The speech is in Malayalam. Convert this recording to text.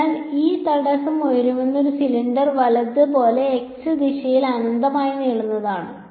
അതിനാൽ ഈ തടസ്സം ഉയരമുള്ള ഒരു സിലിണ്ടർ വലത് പോലെ z ദിശയിൽ അനന്തമായി നീളമുള്ളതാണ്